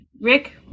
rick